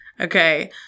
Okay